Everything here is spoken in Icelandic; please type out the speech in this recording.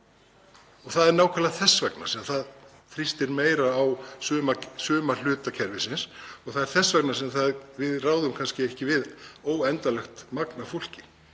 Það er nákvæmlega þess vegna sem það þrýstir meira á suma hluta kerfisins og það er þess vegna sem við ráðum kannski ekki við óendanlegan fjölda fólks.